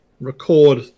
record